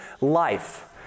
life